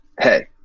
hey